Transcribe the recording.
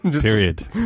Period